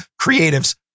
creatives